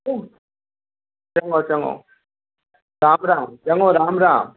चङो चङो राम राम चङो राम राम